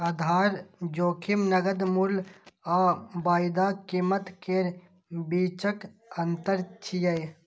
आधार जोखिम नकद मूल्य आ वायदा कीमत केर बीचक अंतर छियै